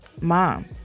mom